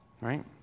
Right